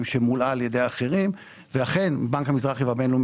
שמולאה על ידי אחרים ואכן בנק המזרחי והבינלאומי